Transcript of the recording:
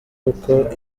uko